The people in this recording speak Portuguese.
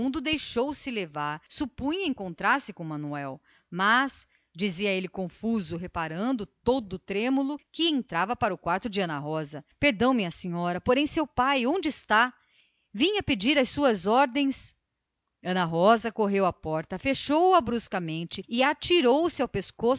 deixou-se arrastar supunha encontrar-se com manuel mas balbuciava ele confuso reparando todo trêmulo que entrava no gabinete de sua prima perdão minha senhora porém seu pai onde está vinha pedir-lhe as suas ordens ana rosa correu à porta fechou-a bruscamente e atirou-se ao pescoço